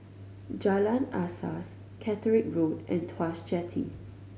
Jalan Asas Catterick Road and Tuas Jetty